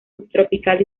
subtropical